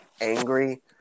angry